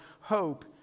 Hope